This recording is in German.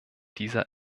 dieser